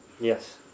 Yes